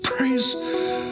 Praise